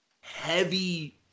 heavy